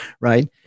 right